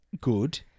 Good